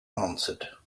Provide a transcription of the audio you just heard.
answered